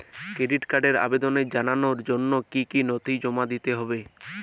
Credit কার্ডের আবেদন জানানোর জন্য কী কী নথি জমা দিতে হবে?